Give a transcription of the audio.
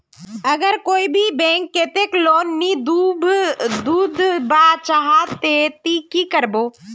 अगर कोई भी बैंक कतेक लोन नी दूध बा चाँ जाहा ते ती की करबो?